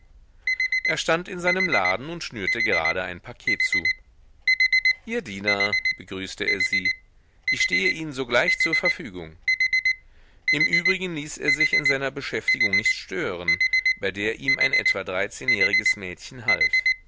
er stand in seinem laden und schnürte gerade ein paket zu ihr diener begrüßte er sie ich stehe ihnen sogleich zur verfügung im übrigen ließ er sich in seiner beschäftigung nicht stören bei der ihm ein etwa dreizehnjähriges mädchen half